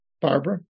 Barbara